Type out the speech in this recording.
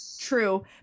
True